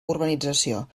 urbanització